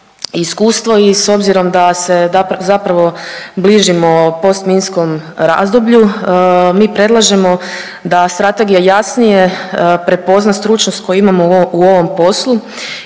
iskustvo i s obzirom da se zapravo bližimo postminskom razdoblju mi predlažemo da strategija jasnije prepozna stručnost koju imamo u ovom poslu